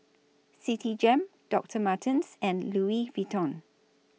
Citigem Doctor Martens and Louis Vuitton